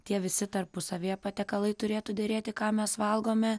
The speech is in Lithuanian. tie visi tarpusavyje patiekalai turėtų derėti ką mes valgome